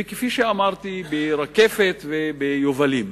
וכפי שאמרתי ברקפת וביובלים,